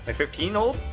fifteen old.